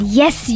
yes